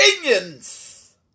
opinions